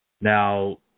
Now